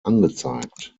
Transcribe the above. angezeigt